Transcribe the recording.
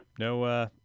No